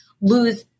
lose